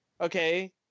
okay